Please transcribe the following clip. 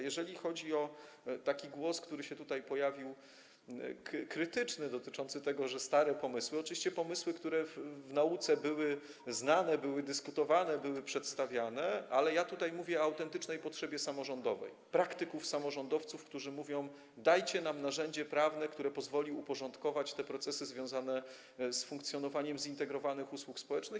Jeżeli chodzi o taki głos, który się tutaj pojawił, krytyczny, dotyczący tego, że to stare pomysły, to oczywiście są to pomysły, które były znane nauce, były dyskutowane, były przedstawiane, ale ja tutaj mówię o autentycznej potrzebie samorządowej, praktyków samorządowców, którzy mówią: Dajcie nam narzędzie prawne, które pozwoli uporządkować procesy związane z funkcjonowaniem zintegrowanych usług społecznych.